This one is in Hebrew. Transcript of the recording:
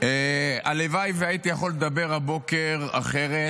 הלוואי שהייתי יכול לדבר הבוקר אחרת,